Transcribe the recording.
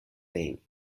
thing